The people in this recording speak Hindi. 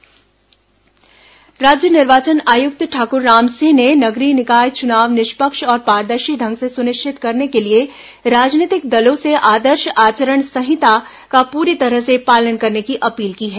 नगरीय निकाय चुनाव बैठक राज्य निर्वाचन आयुक्त ठाकुर राम सिंह ने नगरीय निकाय चुनाव निष्पक्ष और पारदर्शी ढंग से सुनिश्चित करने के लिए राजनीतिक दलों से आदर्श आचरण संहिता का पूरी तरह से पालन करने की अपील की है